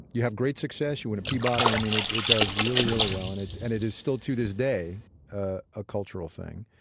you have great success, you win a peabody. i mean it it does really, really well, and it and it is still to this day ah a cultural thing.